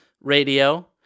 radio